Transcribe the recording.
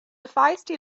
feisty